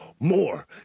more